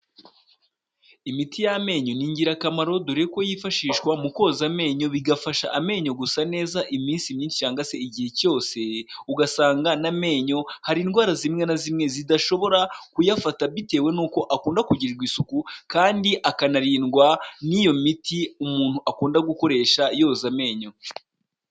Imiti y'amenyo ni ingirakamaro, dore ko yifashishwa mu koza amenyo, bigafasha amenyo gusa neza iminsi myinshi cyangwa se igihe cyose, ugasanga n'amenyo hari indwara zimwe na zimwe zidashobora kuyafata, bitewe n'uko akunda kugirirwa isuku kandi akanarindwa n'iyo miti umuntu akunda gukoresha yoza amenyo.